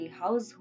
household